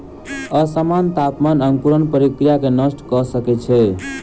असामन्य तापमान अंकुरण प्रक्रिया के नष्ट कय सकै छै